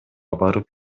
барып